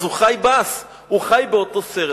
אז הוא חיב"ס, הוא חי באותו סרט.